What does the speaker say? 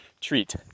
treat